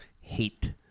Hate